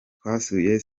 twasuye